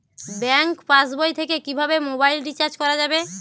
Bank পাশবই থেকে কিভাবে মোবাইল রিচার্জ করা যাবে?